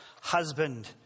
husband